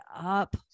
up